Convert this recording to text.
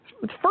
first